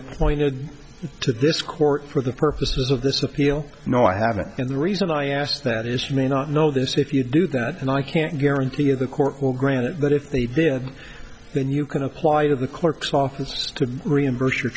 appointed to this court for the purposes of this appeal no i haven't and the reason i asked that is you may not know this if you do that and i can't guarantee of the court will grant that if they did then you can apply to the clerk's office to reimburse